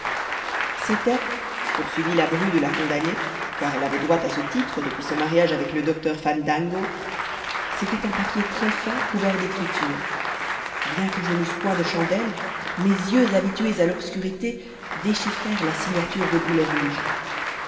c'était poursuivit la bru de la condamnée car elle avait droit à ce titre depuis son mariage avec le docteur fandango c'était un papier très fin couvert d'écriture bien que je n'eusse point de chandelle mes yeux habitués à l'obscurité déchiffrèrent la signature de